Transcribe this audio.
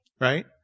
right